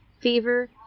fever